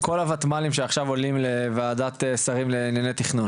כל הוותמ"לים שעכשיו עולים לוועדת השרים לענייני תכנון?